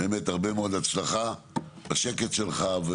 הרבה מאוד הצלחה בשקט שלך.